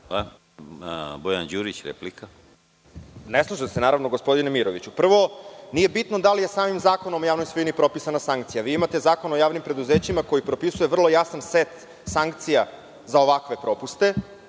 Bojan Đurić, replika. **Bojan Đurić** Ne slažem se, gospodine Miroviću. Prvo, nije bitno da li je samim zakonom o javnoj svojini propisana sankcija. Vi imate Zakon o javnim preduzećima koji propisuje vrlo jasan set sankcija za ovakve propuste.